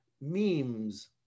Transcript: Memes